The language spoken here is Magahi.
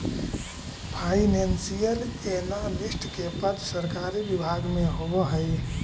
फाइनेंशियल एनालिस्ट के पद सरकारी विभाग में होवऽ हइ